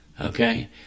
Okay